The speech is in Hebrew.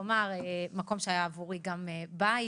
צריך לומר, זה מקום שהיה עבורי בית,